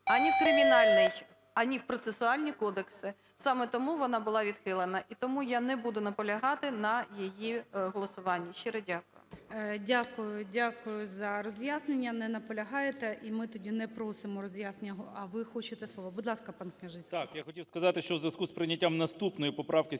ані в кримінальний, ані в процесуальний кодекси. Саме тому вона була відхилена. І тому я не буду наполягати на її голосуванні. Щиро дякую. ГОЛОВУЮЧИЙ. Дякую. Дякую за роз'яснення. Не наполягаєте. І ми тоді не просимо роз'яснення. А ви хочете слово? Будь ласка, пане Княжицький. 13:50:26 КНЯЖИЦЬКИЙ М.Л. Так, я хотів сказати, що у зв'язку з прийняттям наступної поправки